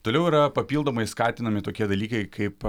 toliau yra papildomai skatinami tokie dalykai kaip